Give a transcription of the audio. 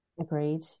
Agreed